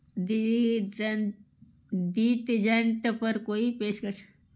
डिजन detergent पर कोई पेशकश